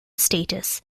status